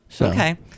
Okay